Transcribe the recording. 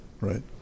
right